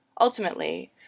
Ultimately